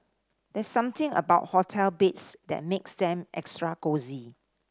there's something about hotel beds that makes them extra cosy